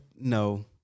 no